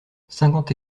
cinquante